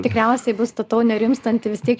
tikriausiai bus statau nerimstanti vis tiek